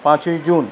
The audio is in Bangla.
পাঁচই জুন